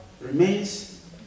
remains